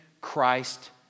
Christ